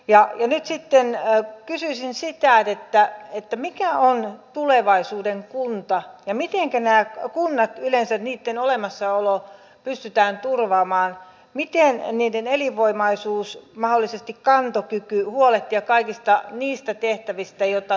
nyt sitten kysyisin sitä mikä on tulevaisuuden kunta ja mitenkä nämä kunnat yleensä niitten olemassaolo pystytään turvaamaan miten niiden elinvoimaisuus mahdollisesti kantokyky huolehtia kaikista niistä tehtävistä joita niille jää